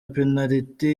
penaliti